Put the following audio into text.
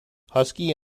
husky